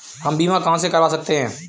हम बीमा कहां से करवा सकते हैं?